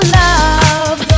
love